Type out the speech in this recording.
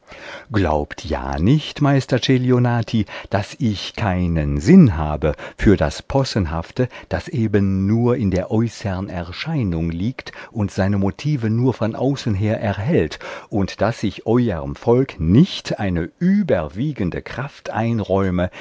glaubt ja nicht meister celionati daß ich keinen sinn habe für das possenhafte das eben nur in der äußern erscheinung liegt und seine motive nur von außen her erhält und daß ich euerm volk nicht eine überwiegende kraft einräume